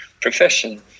profession